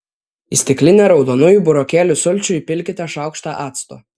į stiklinę raudonųjų burokėlių sulčių įpilkite šaukštą acto